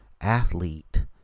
athlete